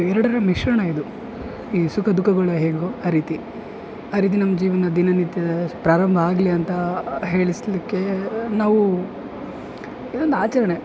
ಎರಡರ ಮಿಶ್ರಣ ಇದು ಈ ಸುಖ ದುಃಖಗಳು ಹೇಗೋ ಆ ರೀತಿ ಆ ರೀತಿ ನಮ್ಮ ಜೀವನ ದಿನನಿತ್ಯದ ಪ್ರಾರಂಭ ಆಗಲಿ ಅಂತ ಹೇಳಿಸಲಿಕ್ಕೆ ನಾವು ಇದೊಂದು ಆಚರಣೆ